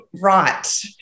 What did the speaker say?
right